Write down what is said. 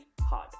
hard